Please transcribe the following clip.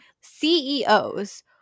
ceos